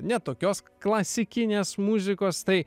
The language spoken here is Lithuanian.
ne tokios klasikinės muzikos tai